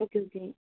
okay okay